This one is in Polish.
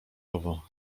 owo